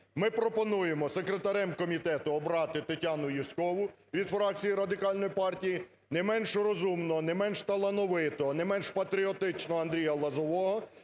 Ми пропонуємо секретарем комітету обрати Тетяну Юзькову від фракції Радикальної партії. Не менш розумного, не менш талановитого, не менш патріотичного Андрія Лозового